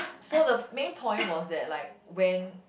so the main point was that like when